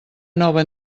nova